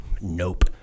Nope